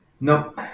No